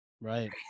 Right